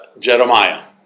Jeremiah